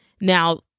Now